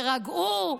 תירגעו,